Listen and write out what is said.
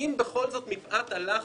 אם בכל זאת, מפאת הלחץ,